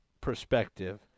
perspective